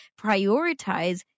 prioritize